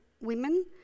women